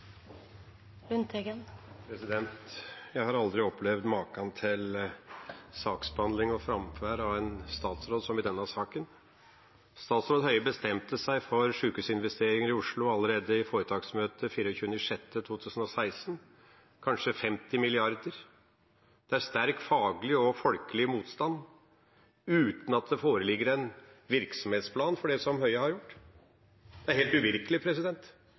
Jeg har aldri opplevd maken til saksbehandling og framferd av en statsråd som i denne saken. Statsråd Høie bestemte seg for sykehusinvesteringer i Oslo allerede i foretaksmøtet 24. juni 2016 – kanskje 50 mrd. kr, til sterk faglig og folkelig motstand og uten at det foreligger en virksomhetsplan for det Høie har gjort. Det er helt uvirkelig.